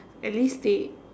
at least they